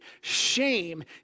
Shame